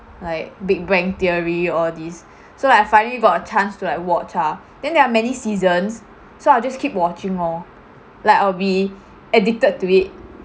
like big bang theory all these so I finally got a chance to like watch ah then there are many seasons so I'll just keep watching lor like I'll be addicted to it